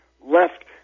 left